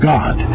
God